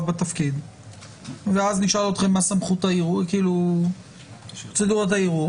בתפקיד ואז נשאל אתכם מה פרוצדורת הערעור,